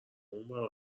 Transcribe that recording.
اونورا